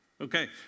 Okay